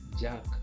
Jack